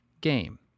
game